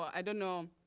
i don't know.